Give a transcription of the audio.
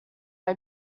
all